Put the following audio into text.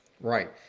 Right